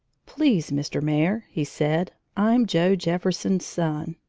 please, mr. mayor, he said, i'm joe jefferson's son.